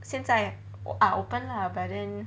现在 are open lah but then